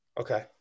Okay